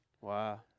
Wow